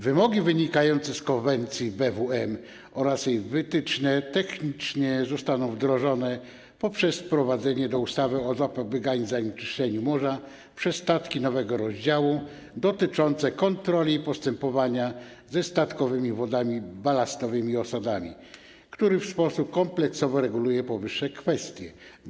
Wymogi wynikające z konwencji BWM oraz jej wytyczne techniczne zostaną wdrożone poprzez wprowadzenie do ustawy o zapobieganiu zanieczyszczaniu morza przez statki nowego rozdziału dotyczącego kontroli i postępowania ze statkowymi wodami balastowymi i osadami, który w sposób kompleksowy reguluje powyższe kwestie.